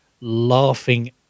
laughing